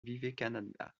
vivekananda